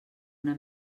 una